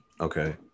Okay